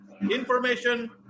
information